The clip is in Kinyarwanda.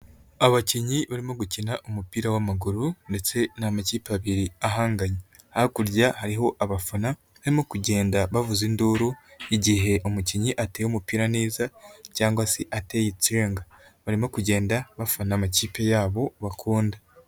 Abakinnyi barimo gukina umupira w'amaguru ndetse ni amakipe abiri ahanganye, hakurya hariho abafana barimo kugenda bavuza induru igihe umukinnyi ateye umupira neza cyangwa se ateye icenga, barimo kugenda bafana amakipe yabo bakunda.